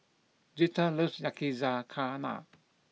Girtha loves yakizakana